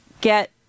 get